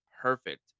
perfect